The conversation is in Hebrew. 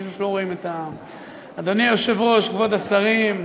אדוני היושב-ראש, כבוד השרים,